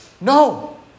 No